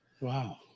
Wow